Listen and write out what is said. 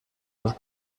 dos